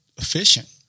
efficient